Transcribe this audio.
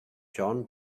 john